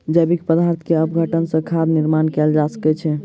जैविक पदार्थ के अपघटन सॅ खादक निर्माण कयल जा सकै छै